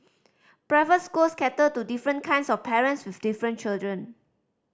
private schools cater to different kinds of parents with different children